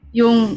yung